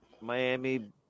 Miami